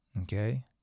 Okay